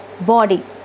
body